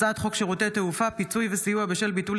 הצעת חוק שירותי תעופה (פיצוי וסיוע בשל ביטול